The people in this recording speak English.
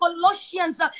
Colossians